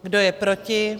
Kdo je proti?